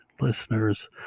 listeners